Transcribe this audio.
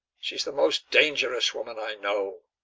she is the most dangerous woman i know.